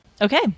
okay